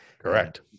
Correct